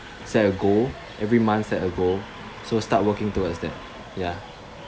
set a goal every month set a goal so start working towards that ya